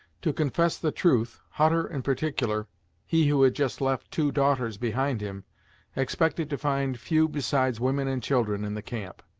to confess the truth, hutter in particular he who had just left two daughters behind him expected to find few besides women and children in the camp.